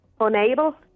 Unable